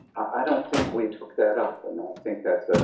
i don't think we took that up and i think that's ah